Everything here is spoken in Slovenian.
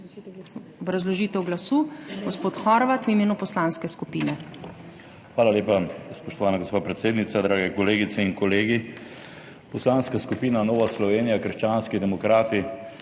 Obrazložitev glasu, gospod Horvat v imenu poslanske skupine. JOŽEF HORVAT (PS NSi): Hvala lepa, spoštovana gospa predsednica, drage kolegice in kolegi. Poslanska skupina Nova Slovenija - krščanski demokrati